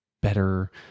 better